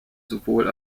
sowohl